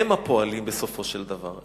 הם הפועלים בסופו של דבר,